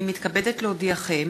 מתכבדת להודיעכם,